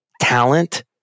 talent